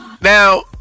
Now